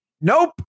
nope